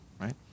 right